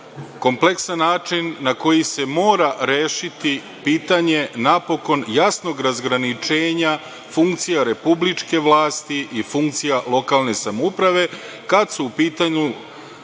kompleksan način na koji se mora rešiti pitanje napokon jasnog razgraničenja funkcija republičke vlasti i funkcija lokalne samouprave kad su u pitanju